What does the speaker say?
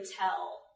tell